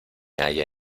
haya